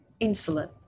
insulin